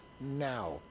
now